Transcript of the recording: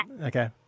Okay